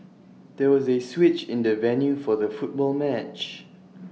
there was A switch in the venue for the football match